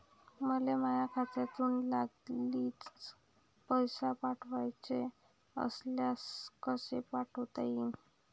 मले माह्या खात्यातून लागलीच पैसे पाठवाचे असल्यास कसे पाठोता यीन?